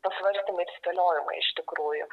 pasvarstymai ir spėliojimai iš tikrųjų